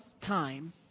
time